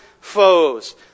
foes